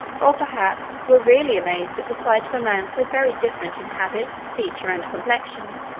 or, perhaps, were really amazed at the sight of a man so very different in habit, feature, and complexion,